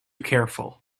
careful